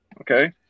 Okay